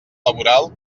laboral